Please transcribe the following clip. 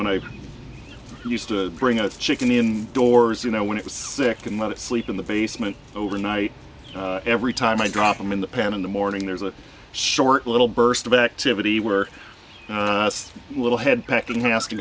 when i used to bring a chicken in doors you know when it was sick and let it sleep in the basement overnight every time i drop them in the pan in the morning there's a short little burst of activity where little head packing house to